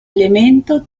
elemento